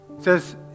Says